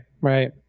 Right